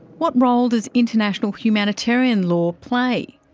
what role does international humanitarian law play?